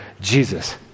Jesus